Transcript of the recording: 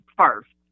first